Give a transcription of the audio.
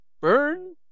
burn